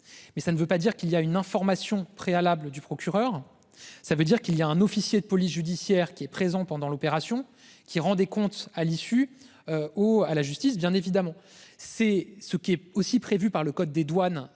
Mais ça ne veut pas dire qu'il y a une information préalable du procureur. Ça veut dire qu'il y a un officier de police judiciaire qui est présent pendant l'opération, qui rend des comptes à l'issue. Ou à la justice. Bien évidemment c'est ce qui est aussi prévue par le code des douanes.